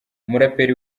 umuraperi